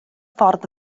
ffordd